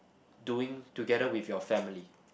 doing together with your family